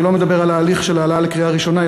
אני לא מדבר על ההליך של העלאה לקריאה ראשונה,